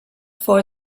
for